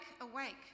awake